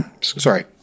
Sorry